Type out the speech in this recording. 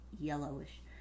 yellowish